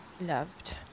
Loved